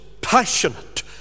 passionate